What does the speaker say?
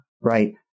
Right